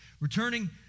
Returning